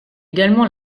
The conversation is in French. également